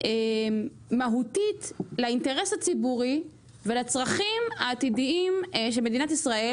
בעיה מהותית לאינטרס הציבורי ולצרכים העתידיים של מדינת ישראל.